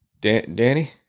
Danny